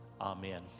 Amen